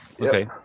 Okay